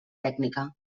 tècnica